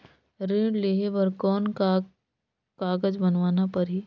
ऋण लेहे बर कौन का कागज बनवाना परही?